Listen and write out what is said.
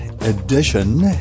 edition